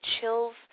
chills